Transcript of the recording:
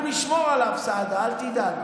אנחנו נשמור עליו, סעדה, אל תדאג.